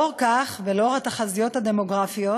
לאור כך ולאור התחזיות הדמוגרפיות,